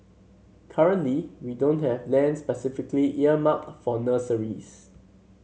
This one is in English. currently we don't have land specifically earmarked for nurseries